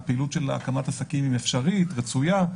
הפעילות של הקמת עסקים היא אפשרית ורצויה.